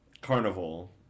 carnival